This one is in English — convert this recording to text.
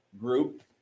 group